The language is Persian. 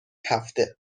هفته